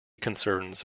concerns